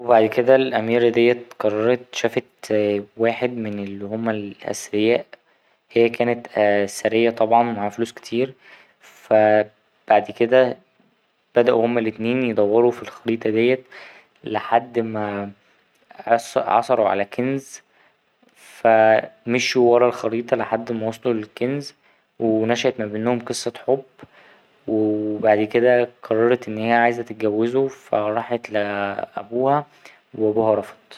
وبعد كده الأميرة ديه قررت شافت واحد من اللي هما الأثرياء هي كانت ثرية طبعا معاها فلوس كتير فا بعد كده بدأوا هما الأتنين يدوروا في الخريطة دي لحد ما عثـ ـ عثروا على كنز فا مشيوا ورا الخريطة لحد ما وصلوا للكنز ونشأت ما بينهم قصة حب وبعد كده قررت إن هي عايزة تتجوزه فا راحت لأبوها وأبوها رفض.